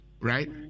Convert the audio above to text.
right